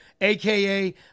aka